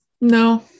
no